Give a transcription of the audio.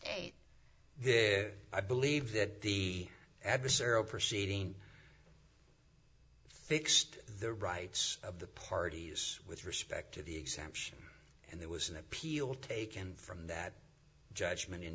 estate i believe that the adversarial proceeding fixed the rights of the parties with respect to the exemption and there was an appeal taken from that judgment in